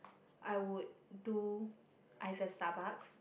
I would do either Starbucks